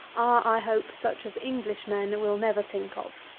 i hope, such as englishmen will never think of.